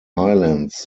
highlands